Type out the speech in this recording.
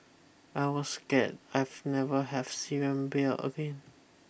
I was scared I've never have Syrian beer again